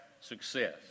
success